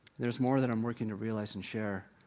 there's more than i'm working to realize and share.